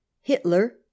Hitler